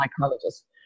psychologist